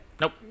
Nope